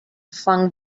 flung